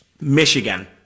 Michigan